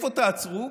איפה תעצרו,